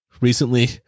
recently